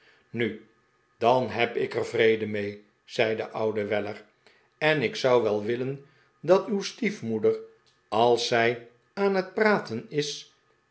nu dan heb ik er vrede mee zei de oude weller en ik zou wel willen dat uw stiefmoeder als zij aan het praten is